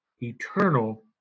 eternal